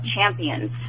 champions